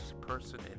person